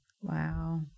Wow